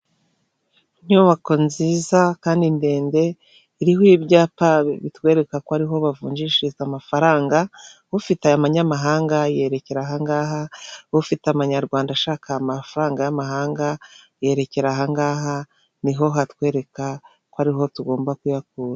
Inyubako nziza kandi ndende iriho ibyapa bitwereka ko ariho bavunjishiriza amafaranga, ufite ayamanyamahanga yerekera ahangaha, ufite amanyarwanda ashaka amafaranga y'amanyamahanga yerekera ahangaha, niho hatwereka ko ariho tugomba kuyakura.